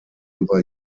über